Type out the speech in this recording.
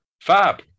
Fab